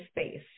space